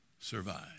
survive